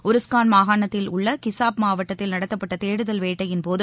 Uruzgan மாகாணத்தில் உள்ள கிசாப் மாவட்டத்தில் நடத்தப்பட்ட தேடுதல் வேட்டையின்போது